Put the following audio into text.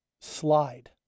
slide